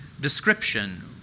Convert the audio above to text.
description